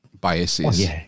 biases